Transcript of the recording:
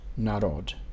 narod